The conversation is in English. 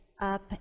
up